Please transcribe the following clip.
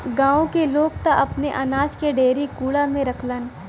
गांव के लोग त अपने अनाज के डेहरी कुंडा में रखलन